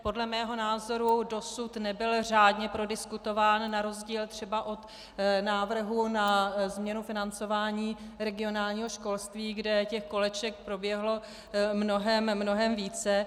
Podle mého názoru dosud nebyl řádně prodiskutován na rozdíl třeba od návrhu na změnu financování regionálního školství, kde těch koleček proběhlo mnohem, mnohem více.